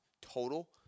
total